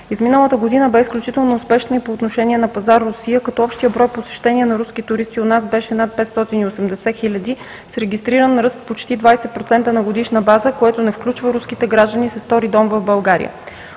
Изминалата година бе изключително успешна и по отношение на пазар Русия, като общият брой посещения на руски туристи у нас беше над 580 000, с регистриран ръст почти 20% на годишна база, което не включва руските граждани с втори дом в България.